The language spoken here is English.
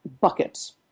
buckets